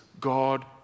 God